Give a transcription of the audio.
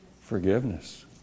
forgiveness